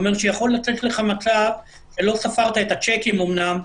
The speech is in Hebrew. זאת אומרת שיכול לצאת לך מצב שלא ספרת את השיקים אמנם,